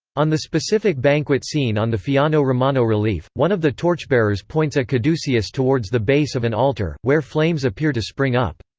on the specific banquet scene on the fiano romano relief, one of the torchbearers points a caduceus towards the base of an altar, where flames appear to spring up.